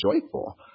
joyful